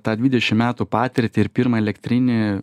tą dvidešim metų patirtį ir pirmą elektrinį